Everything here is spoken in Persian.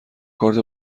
کارت